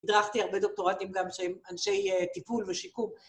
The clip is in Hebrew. הדרכתי הרבה דוקטורטים גם שהם אנשי טיפול ושיקום.